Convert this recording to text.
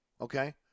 Okay